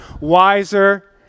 wiser